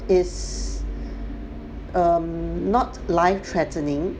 is um not life threatening